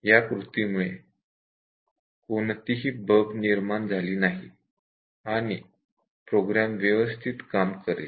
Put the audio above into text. या कृतीमुळे कोणताही बग् निर्माण झाला नाही आणि प्रोग्राम व्यवस्थित काम करेल